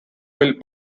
built